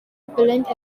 repellent